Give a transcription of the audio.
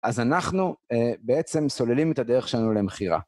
אז אנחנו אה... בעצם סוללים את הדרך שלנו למכירה.